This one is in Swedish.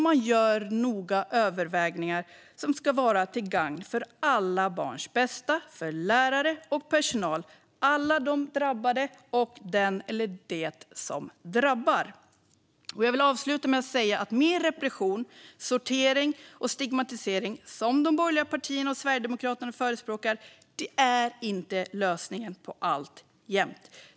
Man gör noga övervägningar som ska vara till gagn för alla barn, för lärare och personal, för alla de drabbade och för den eller det som drabbar. Jag vill avsluta med att säga att mer repression, sortering och stigmatisering, som de borgerliga partierna och Sverigedemokraterna förespråkar, inte är lösningen på allt jämt.